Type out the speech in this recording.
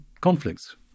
conflicts